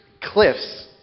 cliffs